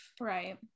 right